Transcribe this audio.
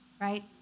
right